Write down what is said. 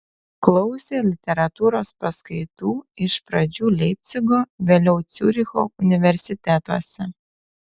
klausė literatūros paskaitų iš pradžių leipcigo vėliau ciuricho universitetuose